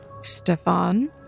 Stefan